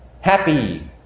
Happy